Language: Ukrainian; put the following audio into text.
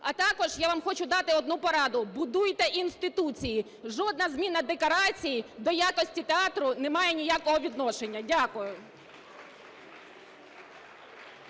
А також я вам хочу дати одну пораду: будуйте інституції, жодна зміна декорації до якості театру не має ніякого відношення. Дякую.